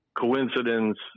coincidence